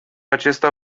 acesta